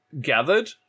gathered